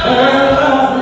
oh